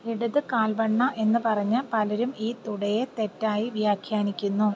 ഇടത് കാല്വണ്ണ എന്ന് പറഞ്ഞ് പലരും ഈ തുടയെ തെറ്റായി വ്യാഖ്യാനിക്കുന്നു